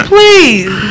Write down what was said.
Please